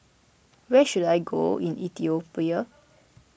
where should I go in Ethiopia